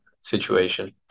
situation